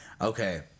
okay